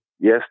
yes